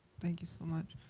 thank you so much.